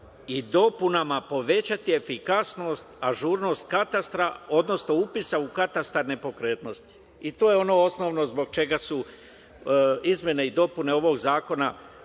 i dopunama povećati efikasnost, ažurnost katastra, odnosno upisa u katastar nepokretnosti i to je ono osnovno zbog čega su izmene i dopune ovog zakona